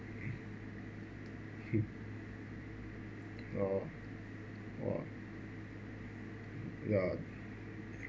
oh oh !wah!